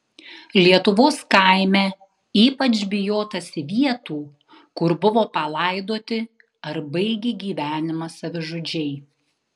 lietuvos kaime ypač bijotasi vietų kur buvo palaidoti ar baigė gyvenimą savižudžiai